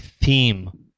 theme